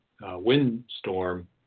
windstorm